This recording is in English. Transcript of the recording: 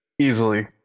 Easily